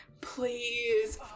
Please